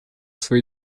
свои